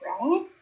right